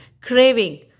craving